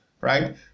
right